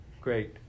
Great